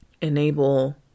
enable